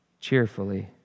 cheerfully